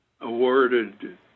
awarded